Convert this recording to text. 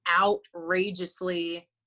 outrageously